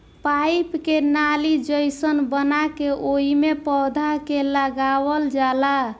pipe के नाली जइसन बना के ओइमे पौधा के लगावल जाला